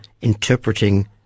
interpreting